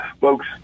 folks